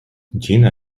gina